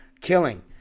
killing